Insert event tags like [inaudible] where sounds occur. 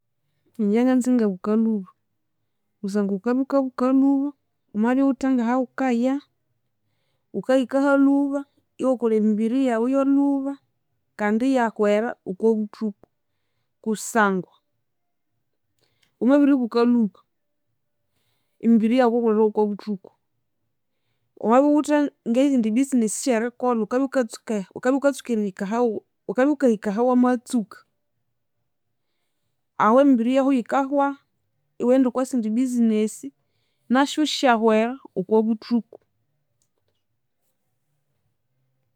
Ingye nganza ingabuka lhuba kusangwa wukabya wukabuka lhuba wamabya wuwithe ngahawukaya, wukahika halhuba iwakolha emibiri yawu yalhuba kandi iyahwera okwabuthuku kusangwa wamabiribuka lhuba emibiri yawu wukakolera yokwabuthuku. Wamabya wuwithe ngeyindi business syerikolha wukabya wukatsuke [hesitation] wukabya wukahika ahawamatsuka, ahu emibiri yahu yikahwahu, iwaghenda okwasindi business nasyu syahwera okwabuthuku